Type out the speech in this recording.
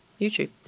YouTube